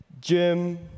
Jim